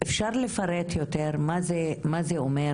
את יכולה בבקשה לפרט יותר מה זה אומר?